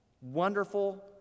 wonderful